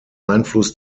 einfluss